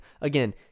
again